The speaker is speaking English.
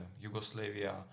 Yugoslavia